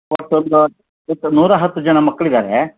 ಒಟ್ಟು ಒಂದು ಎಷ್ಟು ನೂರಾ ಹತ್ತು ಜನ ಮಕ್ಳು ಇದ್ದಾರೆ